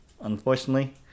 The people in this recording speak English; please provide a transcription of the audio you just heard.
unfortunately